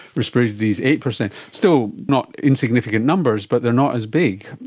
respiratory disease eight percent. still not insignificant numbers, but they are not as big.